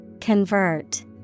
Convert